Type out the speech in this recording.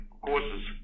courses